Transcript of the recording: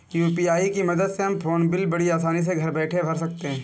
UPI की मदद से हम फ़ोन बिल बड़ी आसानी से घर बैठे भर सकते हैं